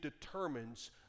determines